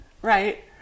Right